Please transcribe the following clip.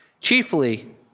chiefly